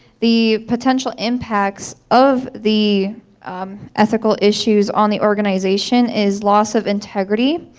the potential impacts of the ethical issues on the organization is lost of integrity,